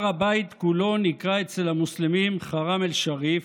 הר הבית כולו נקרא אצל המוסלמים חראם א-שריף,